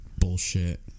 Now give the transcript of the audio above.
Bullshit